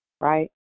right